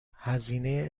هزینه